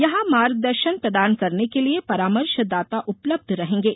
यहां मार्गदर्शन प्रदान करने के लिये परामर्शदाता उपलब्ध रहेंगे